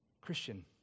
Christian